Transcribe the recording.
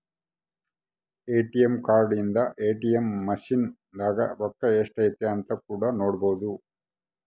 ATM card ಇಂದ ATM machine ದಾಗ ರೊಕ್ಕ ಎಷ್ಟೈತೆ ಅಂತ ಕೂಡ ನೊಡ್ಬೊದು